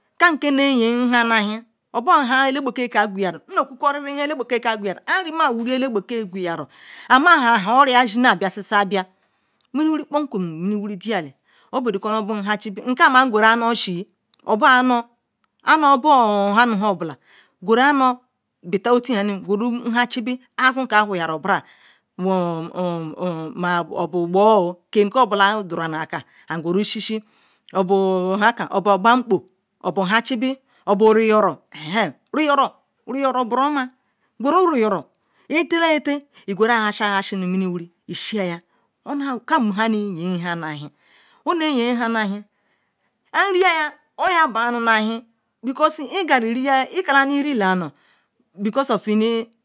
ne yin nhan nu ahen obo wiri elabeke gweyaru an rima wiiri elabeke ama han orie shigasi na bia mini wiri dieli ba mini kponkwem nkalam anu guru anu shil anu bo han dom guru amu beta otu aka guru azun kob ola dora aker obo gbol guru shishi obo gbam po obo han chibi bol riyoro riyoro boroma itala atal igural han si nu mini wiri lshiya kam onne ya nhan nu ahan anu riyal irila oyoabo donu nu ahen kanu iri anu because of nu